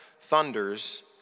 thunders